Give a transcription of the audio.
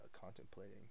contemplating